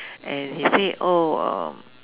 and he said oh um